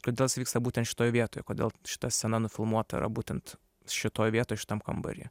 kodėl jis vyksta būtent šitoj vietoj kodėl šita scena nufilmuota yra būtent šitoj vietoj šitam kambary